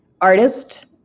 artist